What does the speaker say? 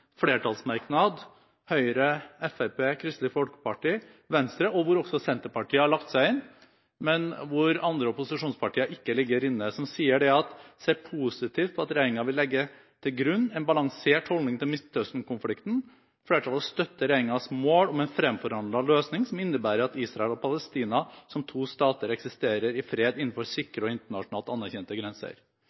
flertallsmerknad ved Høyre, Fremskrittspartiet, Kristelig Folkeparti og Venstre, hvor også Senterpartiet er med, men hvor andre opposisjonspartier ikke er med, som sier at partiene: ser positivt på at regjeringen vil legge til grunn en balansert holdning til Midtøsten-konflikten. Flertallet støtter regjeringens mål om en fremforhandlet løsning som innebærer at Israel og Palestina, som to stater, eksisterer i fred innenfor sikre og internasjonalt anerkjente grenser.»